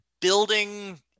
building